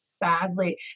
badly